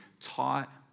taught